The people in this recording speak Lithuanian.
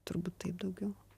turbūt taip daugiau